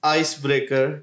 icebreaker